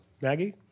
Maggie